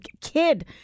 kid